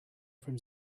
from